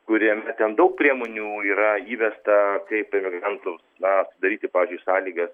kuriame ten daug priemonių yra įvesta kaip ir emigrantams na sudaryti pavyzdžiui sąlygas